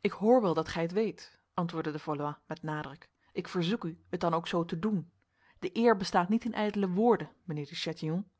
ik hoor wel dat gij het weet antwoordde de valois met nadruk ik verzoek u het dan ook zo te doen de eer bestaat niet in ijdele woorden mijnheer de chatillon